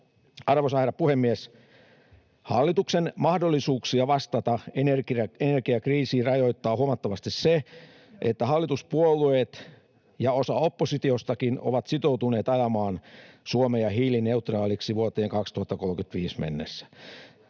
Arvoisa herra puhemies! Hallituksen mahdollisuuksia vastata energiakriisiin rajoittaa huomattavasti se, että hallituspuolueet ja osa oppositiostakin ovat sitoutuneet ajamaan Suomea hiilineutraaliksi vuoteen 2035 mennessä.